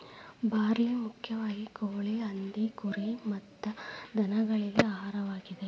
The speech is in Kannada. ಬಾರ್ಲಿ ಮುಖ್ಯವಾಗಿ ಕೋಳಿ, ಹಂದಿ, ಕುರಿ ಮತ್ತ ದನಗಳಿಗೆ ಆಹಾರವಾಗಿದೆ